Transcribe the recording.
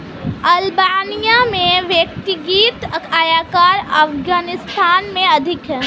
Albania में व्यक्तिगत आयकर अफ़ग़ानिस्तान से अधिक है